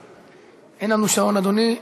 אין לנו שעון, אדוני.